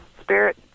spirit